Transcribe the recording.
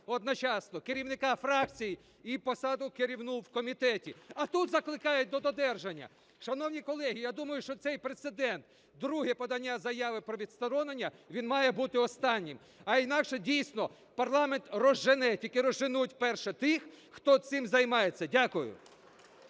одночасно керівника фракції і посаду керівну в комітеті, а тут закликають до додержання. Шановні колеги, я думаю, що цей прецедент – друге подання заяви про відсторонення, він має бути останнім. А інакше дійсно парламент розжене… Тільки розженуть перше тих, хто цим займається. Дякую.